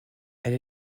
elle